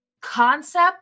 concept